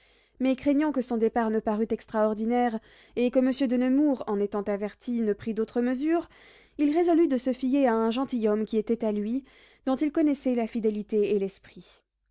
mais craignant que son départ ne parût extraordinaire et que monsieur de nemours en étant averti ne prît d'autres mesures il résolut de se fier à un gentilhomme qui était à lui dont il connaissait la fidélité et l'esprit